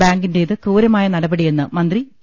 ബാങ്കിന്റേത് ക്രൂരമായ നടപടിയെന്ന് മന്ത്രി ഇ